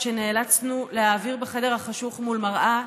שנאלצנו להעביר בחדר החשוך מול מראה,